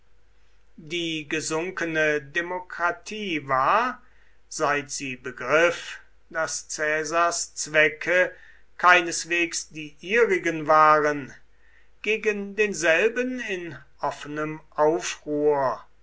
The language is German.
die gesunkene demokratie war seit sie begriffen daß caesars zwecke keineswegs die ihrigen waren gegen denselben in offenem aufruhr